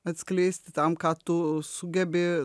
atskleisti tam ką tu sugebi